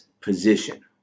position